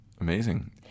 Amazing